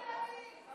לא ילכו לטפל, המחלה,